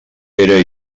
era